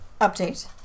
update